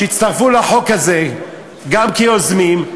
שהצטרפו לחוק הזה גם כיוזמים,